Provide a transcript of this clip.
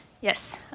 Yes